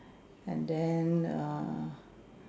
and then err